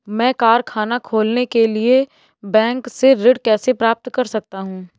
मैं कारखाना खोलने के लिए बैंक से ऋण कैसे प्राप्त कर सकता हूँ?